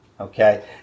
okay